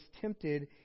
tempted